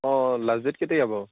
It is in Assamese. অঁ লাজ দেট কেতিয়া বাৰু